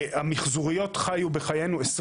המחזוריות חיו בחיינו 20